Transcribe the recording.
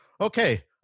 Okay